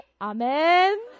Amen